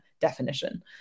definition